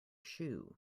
shoe